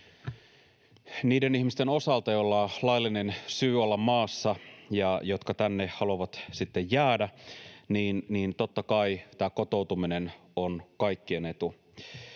Niiden ihmisten osalta, joilla on laillinen syy olla maassa ja jotka tänne haluavat sitten jäädä, niin totta kai tämä kotoutuminen on kaikkien etu.